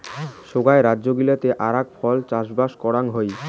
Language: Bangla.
সোগায় রাজ্য গিলাতে আরাক ফল চাষবাস করাং হই